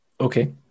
Okay